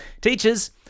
Teachers